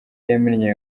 yamennye